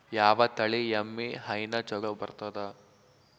ಯಾವ ತಳಿ ಎಮ್ಮಿ ಹೈನ ಚಲೋ ಬರ್ತದ?